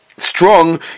Strong